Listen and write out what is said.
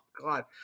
God